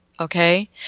okay